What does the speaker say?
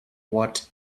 what